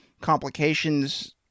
complications